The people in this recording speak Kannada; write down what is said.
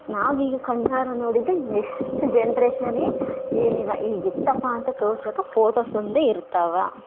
ನಾವು ಈಗ ಕಣ್ಣಾರೆ ನೋಡಿದೆ ನೆಸ್ಟ್ ಜನರೇಷನ್ಗೆ ಏನಿಲ್ಲ ಹೀಗೆ ಇತ್ತಪ್ಪ ಅಂತ ತೋರ್ಸೋಕೆ ಫೋಟೋಸ್ ಒಂದೆ ಇರ್ತಾವೆ